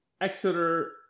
Exeter